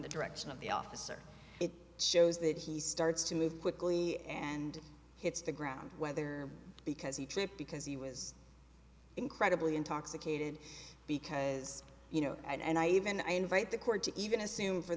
the direction of the officer it shows that he starts to move quickly and hits the ground whether because he tripped because he was incredibly intoxicated because you know and i even i invite the court to even assume for